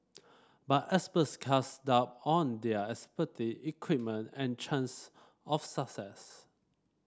but experts cast doubt on their expertise equipment and chance of success